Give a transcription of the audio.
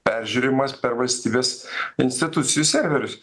peržiūrimas per valstybės institucijų serverius